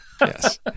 Yes